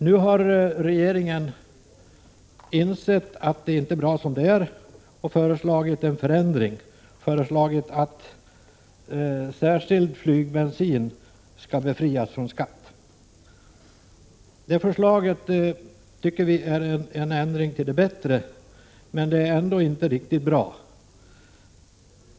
Nu har regeringen insett att det inte är bra som det är och föreslagit en förändring, nämligen att särskild flygbensin skall befrias från skatt. Det förslaget tycker vi är en förändring till det bättre, men det är inte riktigt bra.